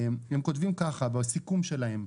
הם כותבים ככה בסיכום שלהם,